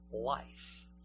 life